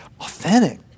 authentic